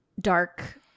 dark